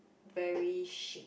very shit